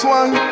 one